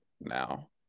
now